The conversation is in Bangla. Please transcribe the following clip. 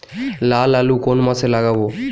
লাল আলু কোন মাসে লাগাব?